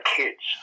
kids